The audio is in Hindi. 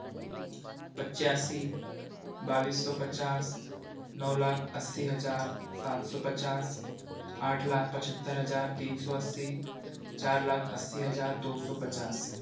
पचासी बाईस सौ पचास नौ लाख अस्सी हज़ार सात सौ पचास आठ लाख पचहत्तर हज़ार तीन सौ अस्सी चार लाख अस्सी हज़ार दो सौ पचास